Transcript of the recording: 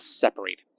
separated